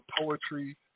poetry